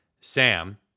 Sam